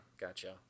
Gotcha